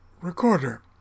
recorder